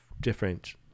different